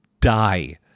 die